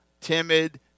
timid